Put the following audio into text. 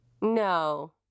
No